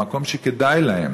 במקום שכדאי להן